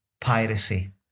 piracy